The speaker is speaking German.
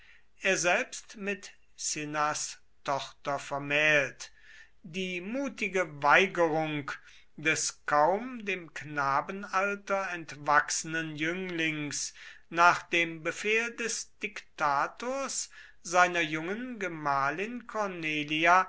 er selbst mit cinnas tochter vermählt die mutige weigerung des kaum dem knabenalter entwachsenen jünglings nach dem befehl des diktators seiner jungen gemahlin cornelia